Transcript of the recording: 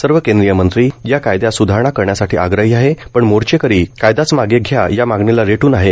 सर्व केंद्रीय मंत्री या कायदयात स्धारणा करण्यासाठी आग्रही आहे पण मोर्चेकरी कायदाच मागे घ्या या मागणीला रेटून आहे